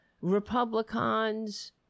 Republicans